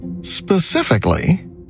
Specifically